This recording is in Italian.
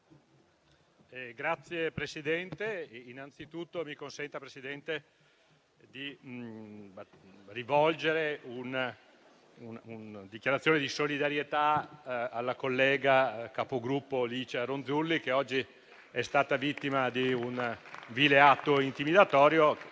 Signor Presidente, innanzitutto mi consenta di rivolgere una dichiarazione di solidarietà alla collega e mia Capogruppo, senatrice Licia Ronzulli, che oggi è stata vittima di un vile atto intimidatorio.